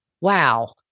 Wow